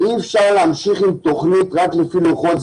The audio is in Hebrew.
בהיגיון ומגייסים אותם חזרה מתוך שכל ולא מתוך כוח.